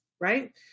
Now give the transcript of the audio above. right